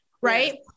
right